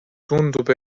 tundub